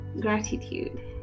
Gratitude